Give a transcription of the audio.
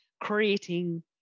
creating